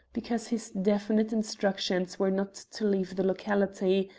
because his definite instructions were not to leave the locality,